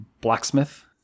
blacksmith